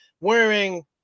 wearing